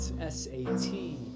S-A-T